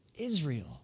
Israel